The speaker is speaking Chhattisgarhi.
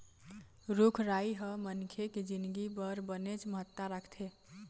रूख राई ह मनखे के जिनगी बर बनेच महत्ता राखथे